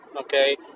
okay